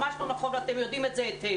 זה ממש לא נכון ואתם יודעים את זה היטב.